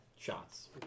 shots